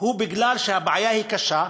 הוא בגלל שהבעיה היא קשה,